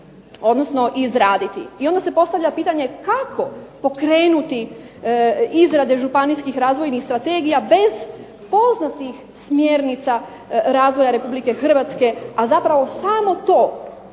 uspjeli izraditi. I onda se postavlja pitanje kako pokrenuti izradi županijskih razvojnih strategija bez poznati smjernica razvoja Republike Hrvatske, a zapravo samo to